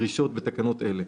שזה תואם לדרישת החוק האיטלקי,